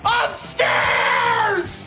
upstairs